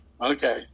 okay